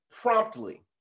promptly